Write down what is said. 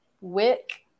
wick